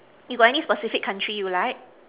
you got any specific country you like